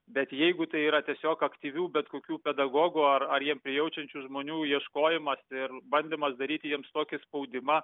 bet jeigu tai yra tiesiog aktyvių bet kokių pedagogų ar ar jiem prijaučiančių žmonių ieškojimas ir bandymas daryti jiems tokį spaudimą